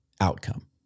outcome